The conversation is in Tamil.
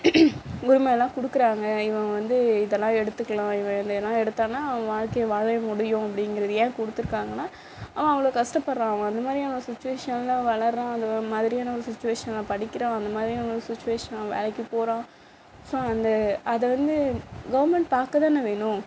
உரிமையெலாம் கொடுக்குறாங்க இவன் வந்து இதெல்லாம் எடுத்துக்கலாம் இவன் இதையெல்லாம் எடுத்தானால் அவன் வாழ்க்கை வாழ முடியும் அப்படிங்குறது ஏன் கொடுத்துருக்காங்கன்னா அவன் அவ்வளோ கஷ்டப்படுறான் அவன் அந்த மாதிரியான சுச்சிவேஷனில் வளர்கிறான் அந்த மாதிரியான ஒரு சுச்சிவேஷனில் படிக்கிறான் அந்த மாதிரியான ஒரு சுச்சிவேஷனில் வேலைக்கு போகிறான் ஸோ அந்த அதை வந்து கவர்மெண்ட் பார்க்கதானே வேணும்